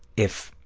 if